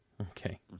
Okay